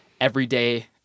everyday